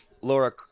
laura